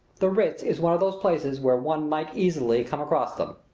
the ritz is one of those places where one might easily come across them.